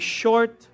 short